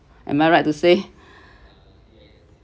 am I right to say